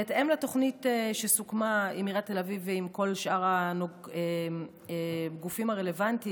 בהתאם לתוכנית שסוכמה עם עיריית תל אביב ועם כל שאר הגופים הרלוונטיים,